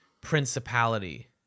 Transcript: principality